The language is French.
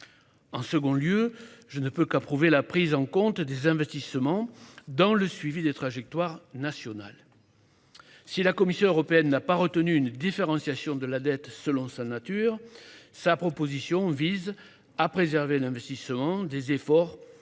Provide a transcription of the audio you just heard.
En second lieu, je ne puis qu'approuver la prise en compte des investissements dans le suivi des trajectoires nationales. Si la Commission européenne n'a pas retenu une différenciation de la dette selon sa nature, sa proposition vise à préserver l'investissement des efforts de